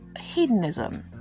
hedonism